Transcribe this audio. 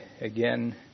again